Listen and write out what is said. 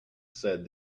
said